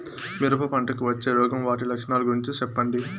మిరప పంటకు వచ్చే రోగం వాటి లక్షణాలు గురించి చెప్పండి?